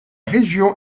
région